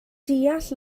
deall